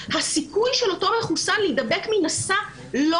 הסיכוי של אותו מחוסן להידבק מנשא לא